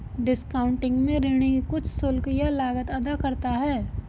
discounting में ऋणी कुछ शुल्क या लागत अदा करता है